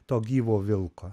to gyvo vilko